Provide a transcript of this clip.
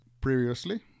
previously